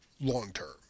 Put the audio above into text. long-term